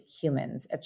HUMANS